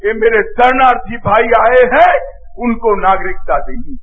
ये मेरे शरणार्थी भाई आएहँ उनको नागरिकता देनी है